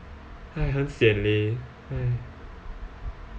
!hais! 很 sian leh !hais!